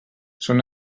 són